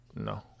No